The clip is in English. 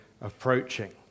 approaching